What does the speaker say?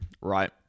right